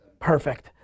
Perfect